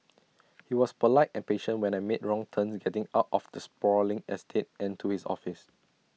he was polite and patient when I made wrong turns getting out of the sprawling estate and to his office